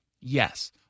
yes